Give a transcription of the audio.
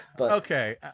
Okay